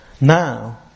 Now